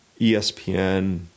ESPN